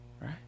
Right